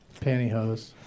pantyhose